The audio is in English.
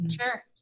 Sure